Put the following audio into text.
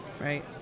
Right